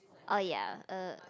oh ya uh